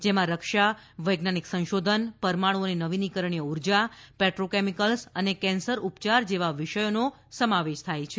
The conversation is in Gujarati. જેમાં રક્ષા વૈજ્ઞાનિક સંશોધન પરમાણુ અને નવીનીકરણીય ઉર્જા પેટ્રોકેમિકલ્સ અને કેન્સર ઉપચાર જેવા વિષયોનો સમાવેશ થાય છે